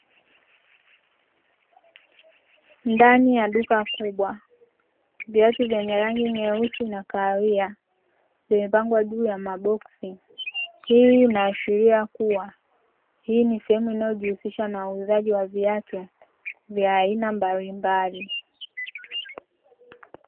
Ndani ya duka kubwa viatu vyenye rangi nyeusi na kahawia vimepangwa juu ya maboksi, hii inaashiria kuwa hii ni sehemu inayojihusisha na uuzaji wa viatu vya aina mbalimbali.